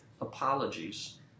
apologies